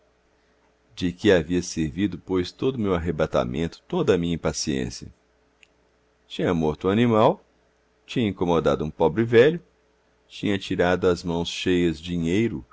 de que havia servido pois todo o meu arrebatamento toda a minha impaciência tinha morto um animal tinha incomodado um pobre velho tinha atirado às mãos cheias dinheiro